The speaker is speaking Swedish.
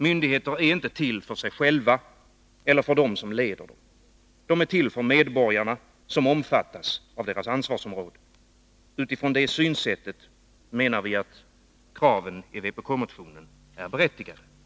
Myndigheter är inte till för sig själva eller för dem som leder myndigheterna. De är till för de medborgare som omfattas av deras ansvarsområde. Utifrån det synsättet är kraven i vpk:s motion berättigade.